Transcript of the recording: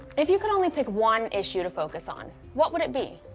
if you could only pick one issue to focus on, what would it be?